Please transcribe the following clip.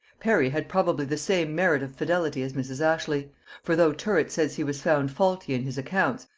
parry had probably the same merit of fidelity as mrs. ashley for though tyrwhitt says he was found faulty in his accounts,